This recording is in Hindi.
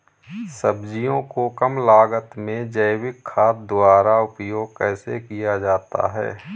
सब्जियों को कम लागत में जैविक खाद द्वारा उपयोग कैसे किया जाता है?